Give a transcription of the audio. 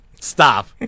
Stop